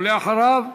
ואחריו,